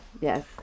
Yes